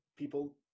people